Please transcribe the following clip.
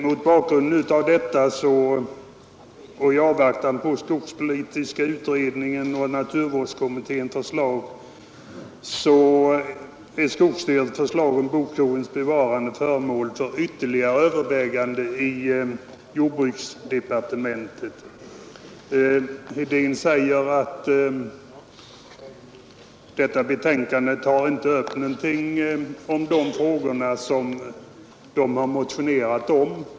Mot bakgrund av detta och i avvaktan på skogspolitiska utredningens och naturvårdskommitténs förslag är skogsstyrelsens förslag om bokskogens bevarande föremål för ytterligare övervägande i jordbruksdepartementet. Herr Hedin menar att detta betänkande inte säger någonting om de frågor som tas upp i motionerna.